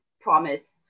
promised